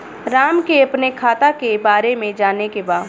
राम के अपने खाता के बारे मे जाने के बा?